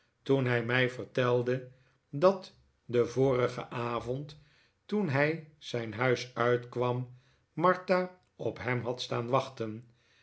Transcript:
toen hij mij vertelde dat den vorigen avond toen hij zijn huis uitkwam martha op hem had staan wachten